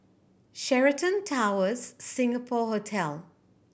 Sheraton Towers Singapore Hotel